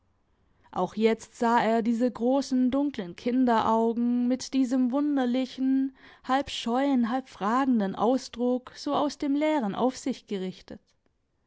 auch jetzt sah er diese grossen dunklen kinderaugen mit diesem wunderlichen halb scheuen halb fragenden ausdruck so aus dem leeren auf sich gerichtet